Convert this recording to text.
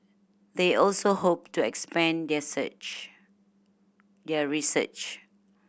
they also hope to expand their search their research